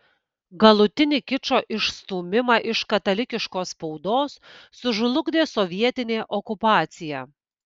galutinį kičo išstūmimą iš katalikiškos spaudos sužlugdė sovietinė okupacija